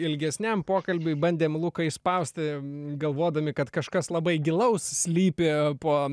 ilgesniam pokalbiui bandėm luką įspausti galvodami kad kažkas labai gilaus slypi po